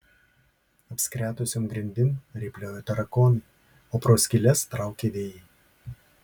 apskretusiom grindim rėpliojo tarakonai o pro skyles traukė vėjai